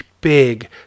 big